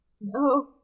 No